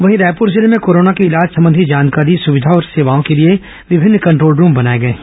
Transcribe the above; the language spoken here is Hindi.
वहीं रायपुर जिले में कोरोना के इलाज संबंधी जानकारी सुविधा और सेवाओं के लिए विभिन्न कंट्रोल रूम बनाए गए हैं